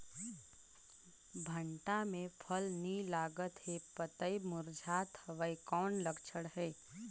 भांटा मे फल नी लागत हे पतई मुरझात हवय कौन लक्षण हे?